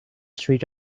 street